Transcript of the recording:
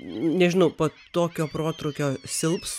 nežinau po tokio protrūkio silps